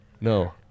no